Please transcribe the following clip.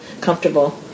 comfortable